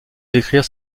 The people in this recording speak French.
décrire